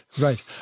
Right